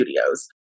studios